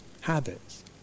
habits